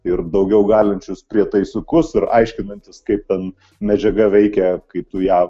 ir daugiau galinčius prietaisiukus ir aiškinantis kaip ten medžiaga veikia kai tu ją